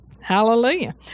Hallelujah